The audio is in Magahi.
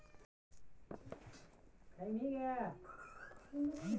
हेई रेक मशीन चलाकर खेत में फसल के सूखल पौधा के मट्टी से अलग कर देवऽ हई